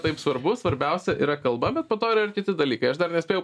taip svarbu svarbiausia yra kalba bet po to yra ir kiti dalykai aš dar nespėjau